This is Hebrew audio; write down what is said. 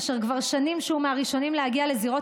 כבר שנים הוא מהראשונים להגיע לזירות